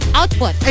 output